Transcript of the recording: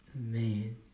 Man